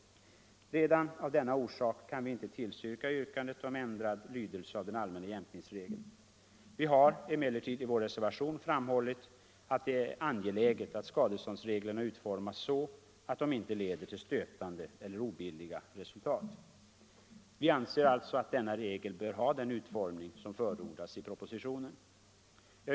Redan av denna orsak kan vi inte tillstyrka yrkandet om ändrad lydelse av den allmänna jämkningsregeln. Vi har emellertid i vår reservation framhållit att det är angeläget att skadeståndsreglerna utformas så, att de inte leder till stötande eller obilliga resultat. Vi anser alltså att denna regel bör ha den utformning som förordas i propositionen.